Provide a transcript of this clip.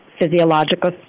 physiological